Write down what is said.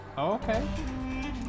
okay